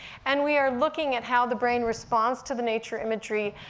and we are looking at how the brain responds to the nature imagery,